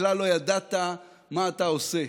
כלל לא ידעת מה אתה עושה.